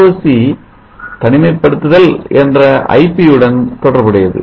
Voc தனிமைப்படுத்துதல் என்ற ip உடன் தொடர்புடையது